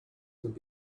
would